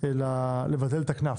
אלא לבטל את הקנס